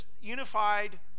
unified